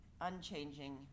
unchanging